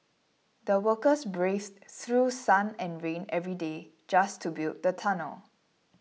the workers braved through sun and rain every day just to build the tunnel